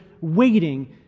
waiting